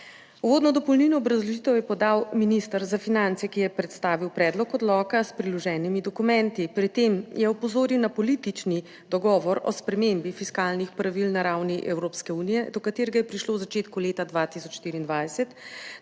Uvodno dopolnilno obrazložitev je podal minister za finance, ki je predstavil predlog odloka s priloženimi dokumenti, pri tem je opozoril na politični dogovor o spremembi fiskalnih pravil na ravni Evropske unije do katerega je prišlo v začetku leta 2024,